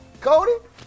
Cody